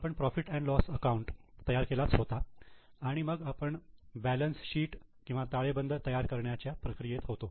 आपण profit and loss account profit loss account तयार केलाच होता आणि मग आपण बॅलन्स शीट किंवा ताळेबंद तयार करण्याच्या प्रक्रियेत होतो